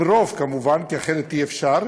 עם רוב, כמובן, כי אחרת אי-אפשר,